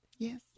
Yes